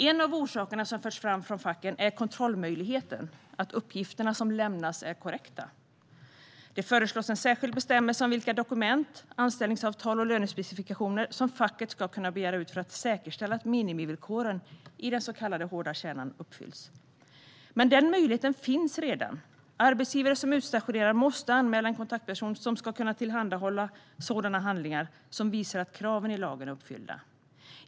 En av orsakerna som förts fram från facken är möjligheten att kontrollera att uppgifterna som lämnas är korrekta. Det föreslås en särskild bestämmelse om vilka dokument, anställningsavtal och lönespecifikationer som facket ska kunna begära ut för att säkerställa att minimivillkoren i den så kallade hårda kärnan uppfylls. Men den möjligheten finns redan. Arbetsgivare som utstationerar måste anmäla en kontaktperson som ska kunna tillhandahålla handlingar som visar att kraven i lagen är uppfyllda.